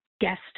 guest